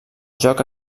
joc